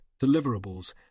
deliverables